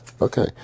Okay